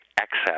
excess